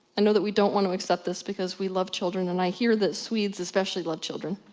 i know that we don't want to accept this, because we love children and i hear that swedes especially love children,